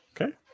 Okay